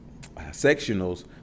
sectionals